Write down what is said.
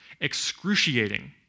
Excruciating